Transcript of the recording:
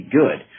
good